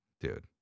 dude